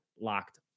locked